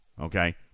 Okay